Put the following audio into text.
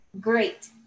Great